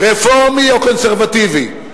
רפורמי או קונסרבטיבי.